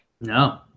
No